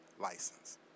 license